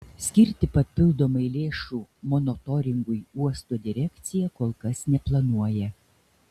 skirti papildomai lėšų monitoringui uosto direkcija kol kas neplanuoja